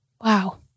Wow